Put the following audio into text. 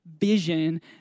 vision